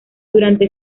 durante